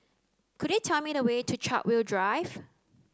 could you tell me the way to Chartwell Drive